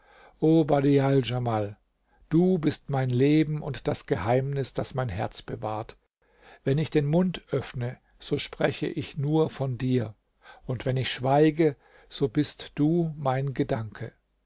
du bist mein leben und das geheimnis das mein herz bewahrt wenn ich den mund öffne so spreche ich nur von dir und wenn ich schweige so bist du mein gedanke